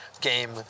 game